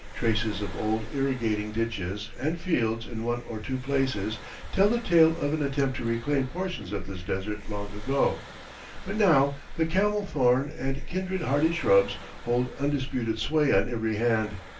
traces of old irrigating ditches and fields in one or two places tell the tale of an attempt to reclaim portions of this desert long ago but now the camel-thorn and kindred hardy shrubs hold undisputed sway on every hand.